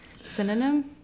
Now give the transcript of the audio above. Synonym